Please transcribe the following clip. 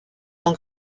tant